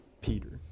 Peter